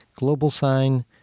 GlobalSign